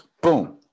Boom